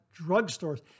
drugstores